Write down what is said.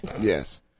Yes